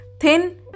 thin